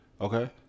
Okay